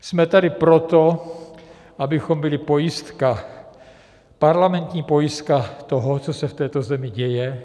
Jsme tady proto, abychom byli pojistka, parlamentní pojistka toho, co se v této zemi děje.